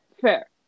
Fair